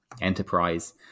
enterprise